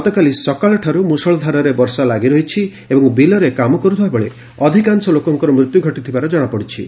ଗତକାଲି ସକାଳଠାରୁ ମୂଷଳଧାରାରେ ବର୍ଷା ଲାଗି ରହିଛି ଏବଂ ବିଲରେ କାମ କରୁଥିବା ବେଳେ ଅଧିକାଂଶ ଲୋକଙ୍କର ମୃତ୍ୟୁ ଘଟିଥିବା ଜଣାପଡ଼ିଚ୍ଚି